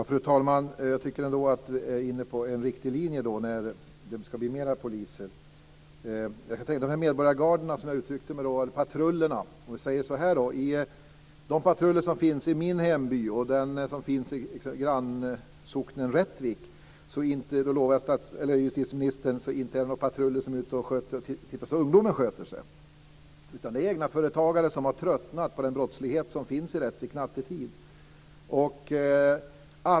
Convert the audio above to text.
Fru talman! Jag tycker att vi är inne på en riktig linje när vi talar om att det ska bli fler poliser. Jag kan lova justitieministern att de medborgargarden, eller patruller, som jag tog upp och som finns i min hemby och i grannsocknen Rättvik inte är ute och tittar på att ungdomarna sköter sig. Det handlar i stället om egenföretagare som har tröttnat på den brottslighet som finns i Rättvik nattetid.